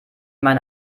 meine